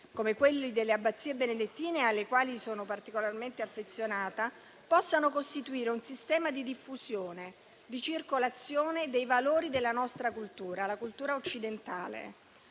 come quelli delle abbazie benedettine alle quali sono particolarmente affezionata, possano costituire un sistema di diffusione e circolazione dei valori della nostra cultura, la cultura occidentale.